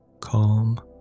Calm